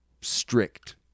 strict